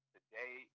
Today